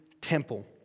temple